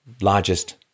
largest